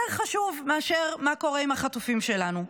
יותר חשוב מאשר מה קורה עם החטופים שלנו.